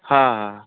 हां हां